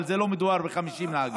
אבל לא מדובר ב-50 נהגים.